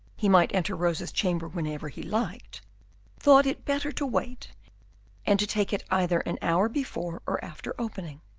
he might enter rosa's chamber whenever he liked thought it better to wait and to take it either an hour before or after opening,